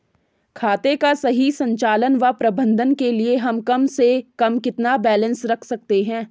खाते का सही संचालन व प्रबंधन के लिए हम कम से कम कितना बैलेंस रख सकते हैं?